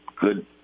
good